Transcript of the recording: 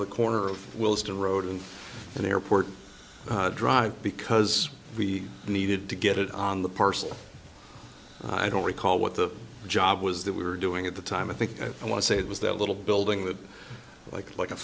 the corner of willis to road in an airport drive because we needed to get it on the parcel i don't recall what the job was that we were doing at the time i think i want to say it was that little building that like like a